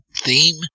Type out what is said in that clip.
theme